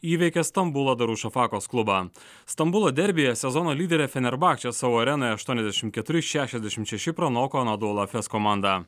įveikė stambulo dorušofakos klubą stambulo derbyje sezono lyderę fenerbahce savo arenoje aštuoniasdešimt keturi šešiasdešimt šeši pranoko anodolofes komandą